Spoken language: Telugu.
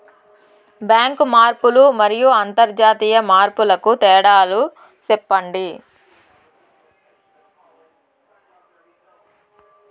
బ్యాంకు మార్పులు మరియు అంతర్జాతీయ మార్పుల కు తేడాలు సెప్పండి?